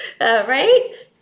right